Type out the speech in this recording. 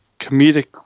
comedic